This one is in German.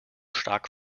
stark